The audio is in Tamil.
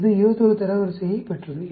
இது 21 வது தரவரிசையைப் பெற்றது